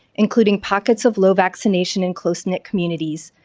including pockets of low vaccination in close-knit communities.